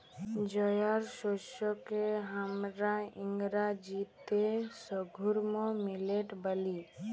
জয়ার শস্যকে হামরা ইংরাজিতে সর্ঘুম মিলেট ব্যলি